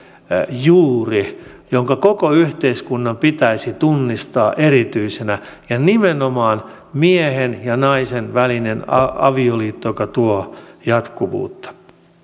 juuri joka koko yhteiskunnan pitäisi tunnistaa erityisenä ja nimenomaan miehen ja naisen välinen avioliitto joka tuo jatkuvuutta